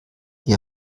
ihr